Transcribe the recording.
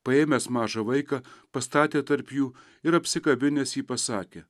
paėmęs mažą vaiką pastatė tarp jų ir apsikabinęs jį pasakė